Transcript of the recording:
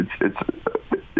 it's—it's